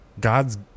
God's